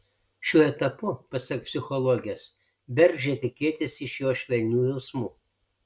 šiuo etapu pasak psichologės bergždžia tikėtis iš jo švelnių jausmų